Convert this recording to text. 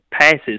passes